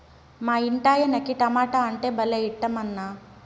మా ఇంటాయనకి టమోటా అంటే భలే ఇట్టమన్నా